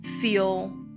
feel